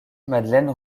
madeleine